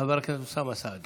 חבר הכנסת אוסאמה סעדי.